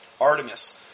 Artemis